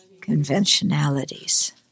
Conventionalities